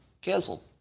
Canceled